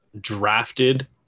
drafted